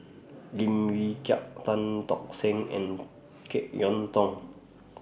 Lim Wee Kiak Tan Tock Seng and Jek Yeun Thong